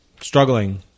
struggling